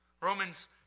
Romans